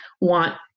want